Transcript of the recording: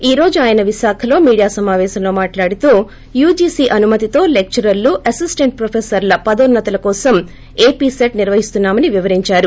ఈ రోజు ఆయన విశాఖలో మీడియా సమావేశంలో మాట్లాడుతూ యూజీసీ అనుమతితో లెక్సరర్లు అసిస్టెంట్ ప్రొఫెసర్ల పదోన్నతుల కోసం ఏపీ సెట్ నిర్వహిస్తున్నామని వివరిందారు